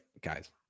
guys